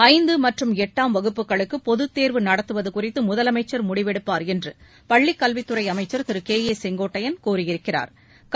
ஐந்து மற்றும் எட்டாம் வகுப்புகளுக்கு பொதுத்தோ்வு நடத்துவது குறித்து முதலமைச்ச் முடிவெடுப்பாா் என்று பள்ளிக்கல்வித் துறை அமைச்சா் திரு கே ஏ செங்கோட்டையன் கூறியிருக்கிறாா்